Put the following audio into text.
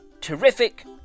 Terrific